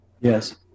yes